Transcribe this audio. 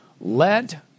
Let